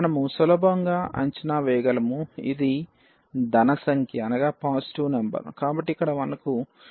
మనము సులభంగా అంచనా వేయగలము ఇది ధన సంఖ్య కాబట్టి ఇక్కడ 1x b